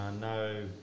No